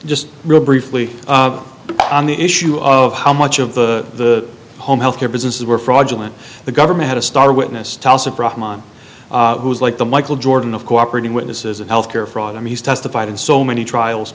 just really briefly on the issue of how much of the home health care businesses were fraudulent the government had a star witness who is like the michael jordan of cooperating witnesses in health care fraud i mean he's testified in so many trials